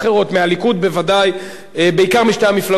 מהליכוד בוודאי, בעיקר משתי המפלגות הללו.